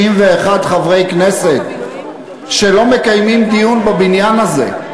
61 חברי כנסת שלא מקיימים דיון בבניין הזה.